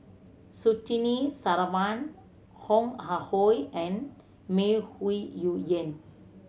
Surtini Sarwan Ong Ah Hoi and May Ooi Yu Fen